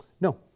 No